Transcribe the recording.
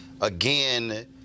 again